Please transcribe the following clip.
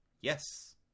Yes